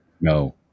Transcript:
No